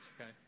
Okay